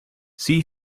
see